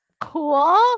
cool